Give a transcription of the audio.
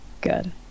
Good